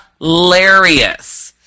hilarious